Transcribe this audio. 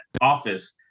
office